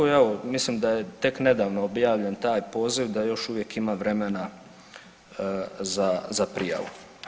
I evo, mislim da je tek nedavno objavljen taj poziv da još uvijek ima vremena za prijavu.